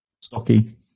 stocky